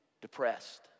depressed